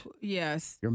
Yes